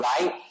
right